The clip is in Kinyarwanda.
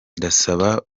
ndasaba